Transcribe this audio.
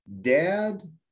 dad